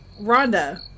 Rhonda